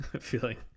feeling